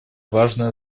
важное